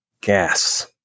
Gas